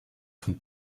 von